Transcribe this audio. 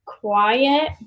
quiet